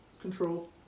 Control